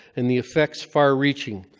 and the effects far-reaching.